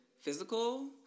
physical